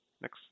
Next